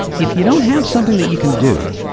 if you don't have something that you can do,